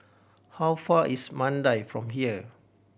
how far is Mandai from here